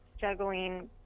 juggling